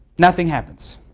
nothing happens.